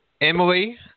Emily